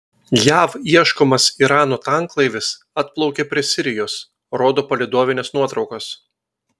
jav ieškomas irano tanklaivis atplaukė prie sirijos rodo palydovinės nuotraukos